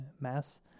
mass